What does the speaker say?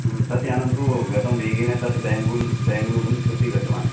ह्म् तत् यानं तु गतं वेगेन तत् बेङ्गुन् बेङ्ग्लूरु प्रति गतवान्